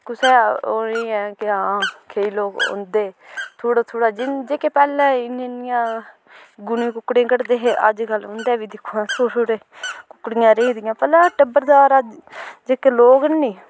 कुसै ओह् नी ऐ कि हां केईं लोक उं'दे थोह्ड़े थोह्ड़े जेह्के पैह्ले इन्नियां इ'न्नियां गुनी कुकड़्यां कड्ढदे हे अज्जकल उं'दे बी दिक्खो हां थोह्ड़े थोह्ड़े कुकड़ियां रेही गेदियां पैह्लें टब्बरदार जेह्के लोक नी